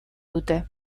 dute